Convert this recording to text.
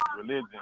religion